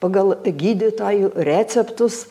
pagal gydytojų receptus